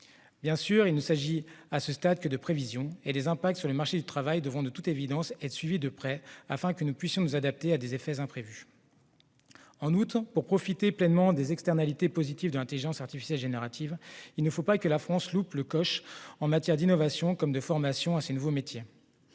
Bien sûr, il ne s'agit à ce stade que de prévisions ; les effets de ces technologies sur le marché du travail devront de toute évidence être suivis de près, afin que nous puissions nous adapter à des conséquences imprévues de leur usage. En outre, si la France veut profiter pleinement des externalités positives de l'intelligence artificielle générative, il ne faut pas qu'elle loupe le coche en matière d'innovation comme de formation à ces nouveaux métiers.